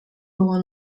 było